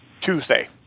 Tuesday